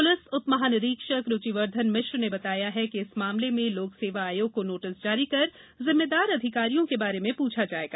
police उपमहानिरीक्षक रुचिवर्धन मिश्र ने बताया कि इस मामले में लोकसेवा आयोग को नोटिस जारी कर जिम्मेदार अधिकारियों के बारे में पूछा जाएगा